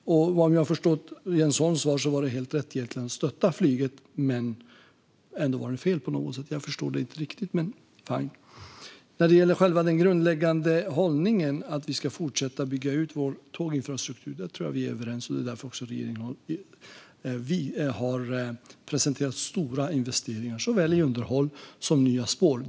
Vad jag har förstått av Jens Holm var det egentligen helt rätt att stötta flyget, men ändå var det fel på något sätt. Jag förstod det inte riktigt, men fine. När det gäller själva den grundläggande hållningen - att vi ska fortsätta att bygga ut vår tåginfrastruktur - tror jag att vi är överens. Det är också därför regeringen har presenterat stora investeringar i såväl underhåll som nya spår.